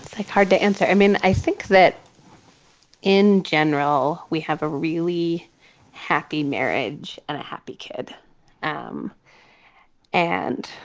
like hard to answer. i mean, i think that in general, we have a really happy marriage and a happy kid um and